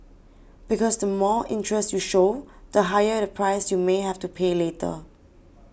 because the more interest you show the higher the price you may have to pay later